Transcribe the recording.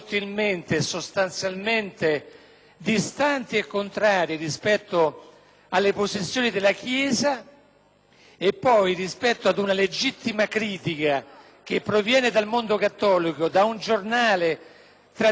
e poi, rispetto ad una legittima critica che proviene dal mondo cattolico e da un suo giornale tradizionalmente austero e importante, si arrivi, da parte degli stessi colleghi della maggioranza,